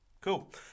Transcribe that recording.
Cool